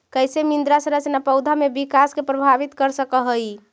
कईसे मृदा संरचना पौधा में विकास के प्रभावित कर सक हई?